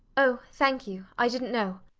oh, thank you i didnt know.